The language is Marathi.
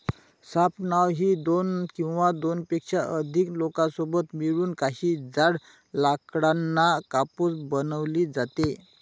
राफ्ट नाव ही दोन किंवा दोनपेक्षा अधिक लोकांसोबत मिळून, काही जाड लाकडांना कापून बनवली जाते